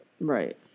Right